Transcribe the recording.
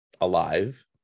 alive